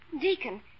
Deacon